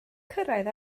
cyrraedd